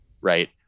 right